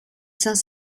saint